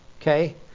Okay